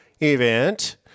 event